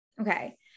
Okay